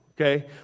okay